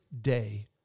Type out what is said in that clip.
day